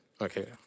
Okay